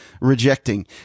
rejecting